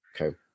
Okay